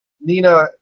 Nina